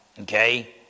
Okay